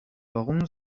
warum